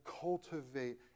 cultivate